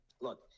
look